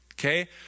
Okay